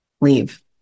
leave